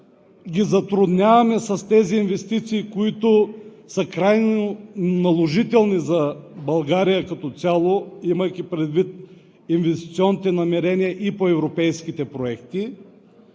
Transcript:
ги затрудняваме с тези инвестиции, които като цяло са крайно наложителни за България, имайки предвид инвестиционните намерения и по европейските проекти.